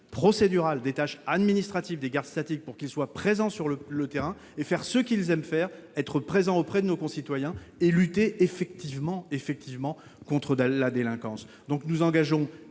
procédural des tâches administratives, des gares statique pour qu'il soit présent sur le le terrain et faire ce qu'ils aiment faire, être présent auprès de nos concitoyens et lutter effectivement effectivement contre la délinquance, donc nous engageons